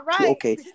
okay